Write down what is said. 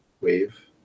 wave